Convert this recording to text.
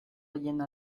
llena